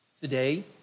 Today